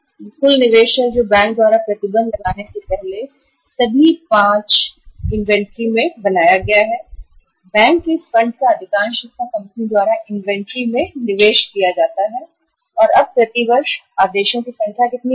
यह कुल निवेश है जो बैंक द्वारा प्रतिबंध लगाने से पहले सभी 5 मदों में इन्वेंट्री में बनाया गया है इस फंड का अधिकांश हिस्सा कंपनी द्वारा इन्वेंट्री में निवेश किया जाता है बैंक और अब प्रति वर्ष आदेशों की संख्या कितनी है